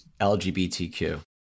LGBTQ